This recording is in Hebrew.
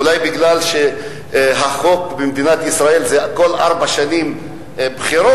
אולי בגלל שלפי החוק במדינת ישראל יש כל ארבע שנים בחירות,